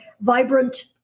vibrant